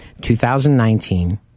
2019